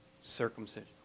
circumcision